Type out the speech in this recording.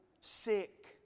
sick